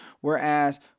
whereas